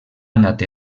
anat